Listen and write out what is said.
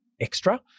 extra